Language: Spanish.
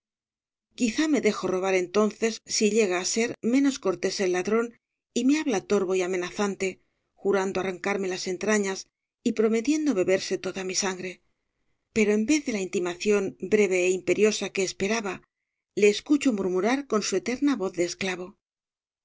quizá me dejo robar entonces si llega á ser menos cortés el ladrón y me habla torvo y amenazante jurando arrancarme las entrañas y prometiendo beberse toda mi sangre pero en vez de la intimación breve é imperiosa que esperaba le escucho murmurar con su eterna voz de esclavo